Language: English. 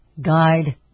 guide